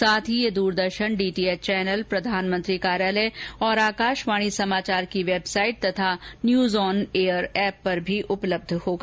साथ ही ये दूरदर्शन डीटीएच चैनल प्रधानमंत्री कार्यालय और आकाशवाणी समाचार की वेबसाइट और न्यूज़ ऑन एयर एप पर भी उपलब्ध रहेगा